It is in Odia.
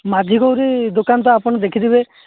ମାଝୀ ଗୌରୀ ଦୋକାନ ତ ଆପଣ ଦେଖିଥିବେ